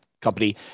Company